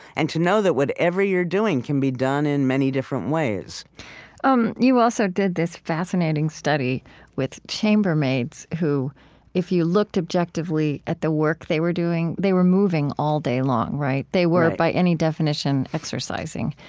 and to know that whatever you're doing can be done in many different ways um you also did this fascinating study with chambermaids who if you looked objectively at the work they were doing, they were moving all day long. they were, by any definition, exercising,